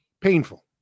painful